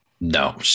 No